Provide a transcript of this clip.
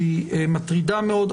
שהיא מטרידה מאוד,